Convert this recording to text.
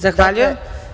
Zahvaljujem.